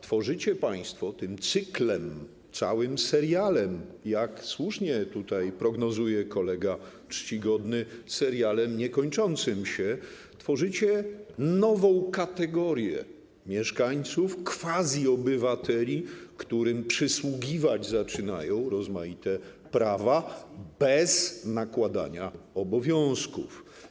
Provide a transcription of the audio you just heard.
Tworzycie państwo - tym cyklem, całym serialem, jak słusznie tutaj prognozuje kolega czcigodny, serialem niekończącym się - tworzycie nową kategorię mieszkańców, quasi-obywateli, którym przysługiwać zaczynają rozmaite prawa bez nakładania obowiązków.